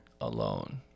Alone